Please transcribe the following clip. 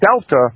delta